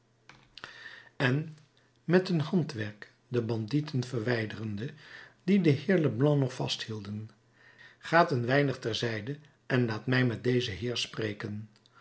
en met een handwenk de bandieten verwijderende die den heer leblanc nog vasthielden gaat een weinig ter zijde en laat mij met dezen heer spreken